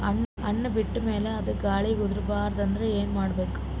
ಹಣ್ಣು ಬಿಟ್ಟ ಮೇಲೆ ಅದ ಗಾಳಿಗ ಉದರಿಬೀಳಬಾರದು ಅಂದ್ರ ಏನ ಮಾಡಬೇಕು?